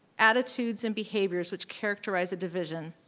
attitudes, and behaviors which characterize a division.